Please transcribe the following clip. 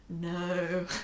no